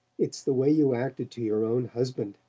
it's the way you acted to your own husband.